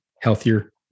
healthier